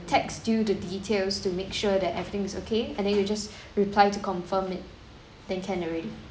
text you the details to make sure that everything is okay and then you just reply to confirm it than can already